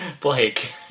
Blake